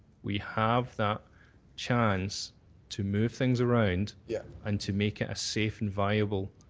we have that chance to move things around yeah and to make it a safe and viable